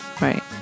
Right